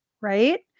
right